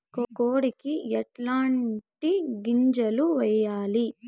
కోడికి ఎట్లాంటి గింజలు వేయాలి?